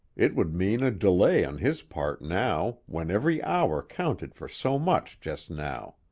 it would mean a delay on his part now, when every hour counted for so much just now.